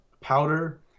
powder